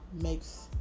makes